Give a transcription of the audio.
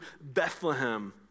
Bethlehem